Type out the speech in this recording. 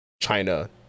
China